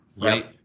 right